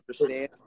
understand